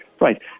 Right